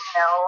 no